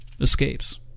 escapes